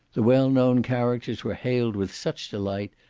the well known characters were hailed with such delight,